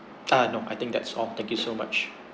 ah no I think that's all thank you so much